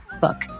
book